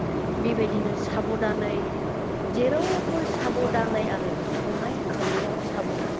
बेबायदिनो साबधानै जेरावबो साबधानै आरो संनाय खावनायाव साबधान